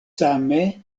same